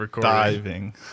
diving